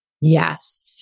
Yes